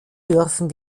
dürfen